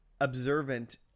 observant